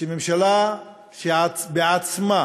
שממשלה שבעצמה